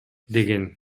деген